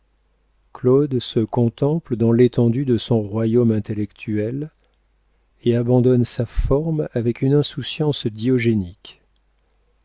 claude se contemple dans l'étendue de son royaume intellectuel et abandonne sa forme avec une insouciance diogénique